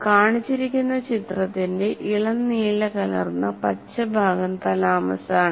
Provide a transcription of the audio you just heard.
കാണിച്ചിരിക്കുന്ന ചിത്രത്തിന്റെ ഇളം നീല കലർന്ന പച്ച ഭാഗം തലാമസ് ആണ്